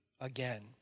again